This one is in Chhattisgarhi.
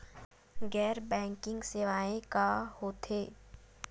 गैर बैंकिंग सेवाएं का होथे?